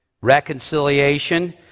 reconciliation